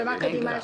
ומה קדימה?